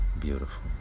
Beautiful